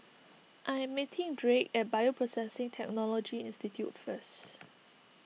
I am meeting Drake at Bioprocessing Technology Institute first